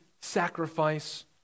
sacrifice